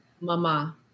Mama